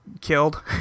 killed